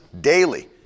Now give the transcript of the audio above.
daily